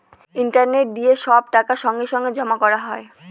internet দিয়ে সব টাকা সঙ্গে সঙ্গে জমা করা হয়